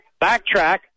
backtrack